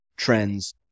Trends